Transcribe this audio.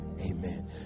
Amen